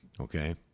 Okay